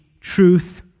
truth